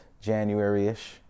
January-ish